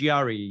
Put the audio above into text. GRE